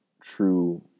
true